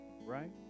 right